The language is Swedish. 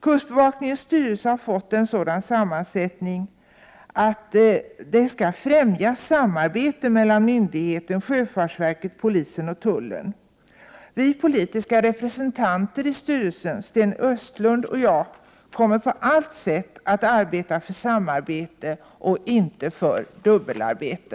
Kustbevakningens styrelse har fått en sådan sammansättning att det skall främja samarbetet mellan myndigheten, sjöfartsverket, polisen och tullen. Vi politiska representanter i styrelsen, Sten Östlund och jag, kommer på alla sätt att arbeta för samarbete och inte för dubbelarbete.